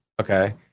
Okay